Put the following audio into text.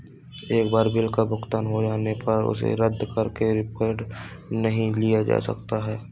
एक बार बिल का भुगतान हो जाने पर उसे रद्द करके रिफंड नहीं लिया जा सकता